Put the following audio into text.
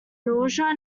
nausea